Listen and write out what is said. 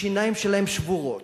השיניים שלהם שבורות,